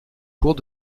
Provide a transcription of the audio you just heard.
cours